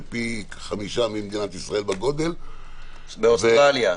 ופי 5 ממדינת ישראל בגודל, באוסטרליה.